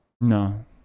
no